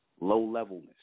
low-levelness